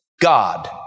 God